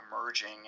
emerging